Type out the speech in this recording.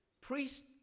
priest